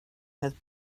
his